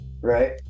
Right